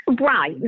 right